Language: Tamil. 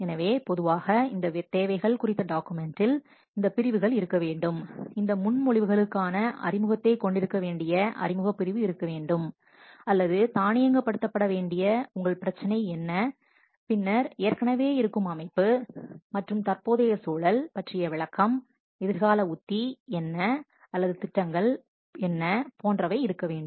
எனவே பொதுவாக இந்த தேவைகள் குறித்த டாக்குமெண்டில் இந்த பிரிவுகள் இருக்க வேண்டும் இந்த முன்மொழிவுகளுக்கான அறிமுகத்தைக் கொண்டிருக்க வேண்டிய அறிமுகப் பிரிவு இருக்க வேண்டும் அல்லது தானியங்குப்படுத்தப்பட வேண்டிய உங்கள் பிரச்சினை என்ன பின்னர் ஏற்கனவே இருக்கும் அமைப்பு மற்றும் தற்போதைய சூழல் பற்றிய விளக்கம் எதிர்கால உத்தி என்ன அல்லது திட்டங்கள் என்ன போன்றவை இருக்கவேண்டும்